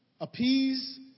appease